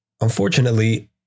Unfortunately